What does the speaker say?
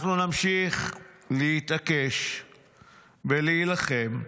אנחנו נמשיך להתעקש ולהילחם.